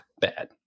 bad